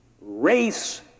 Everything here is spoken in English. Race